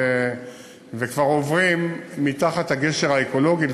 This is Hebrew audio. וכבר עוברים מתחת לגשר האקולוגי,